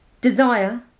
Desire